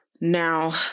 Now